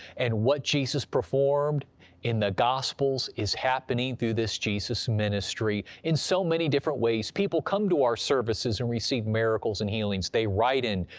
and what jesus performed in the gospels is happening through this jesus ministry in so many different ways. people come to our services and receive miracles and healings, they write in,